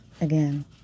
Again